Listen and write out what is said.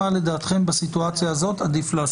מה לדעתכם עדיף לעשות בסיטואציה הזאת.